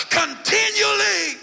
continually